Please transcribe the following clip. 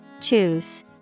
Choose